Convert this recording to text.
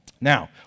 Now